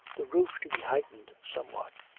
the roof to be heightened somewhat.